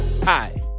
Hi